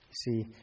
see